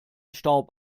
staub